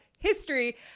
history